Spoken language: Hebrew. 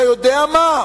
אתה יודע מה?